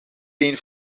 een